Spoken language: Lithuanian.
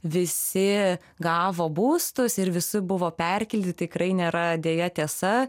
visi gavo būstus ir visi buvo perkelti tikrai nėra deja tiesa